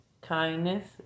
kindness